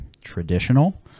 traditional